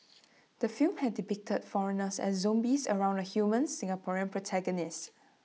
the film had depicted foreigners as zombies around A human Singaporean protagonist